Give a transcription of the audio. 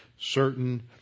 certain